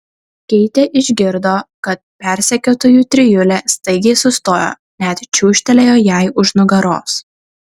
keitė išgirdo kad persekiotojų trijulė staigiai sustojo net čiūžtelėjo jai už nugaros